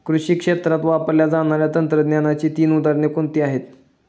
कृषी क्षेत्रात वापरल्या जाणाऱ्या तंत्रज्ञानाची तीन उदाहरणे कोणती आहेत?